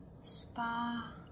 Spa